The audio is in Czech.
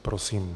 Prosím.